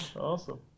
Awesome